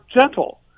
gentle